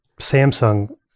Samsung